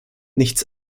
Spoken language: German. nichts